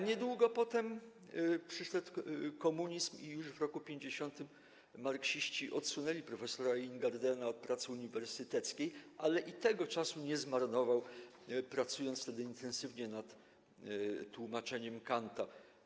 Niedługo potem przyszedł komunizm i już w roku 1950 marksiści odsunęli prof. Ingardena od pracy uniwersyteckiej, ale i tego czasu nie zmarnował, pracując wtedy intensywnie nad tłumaczeniem Kanta.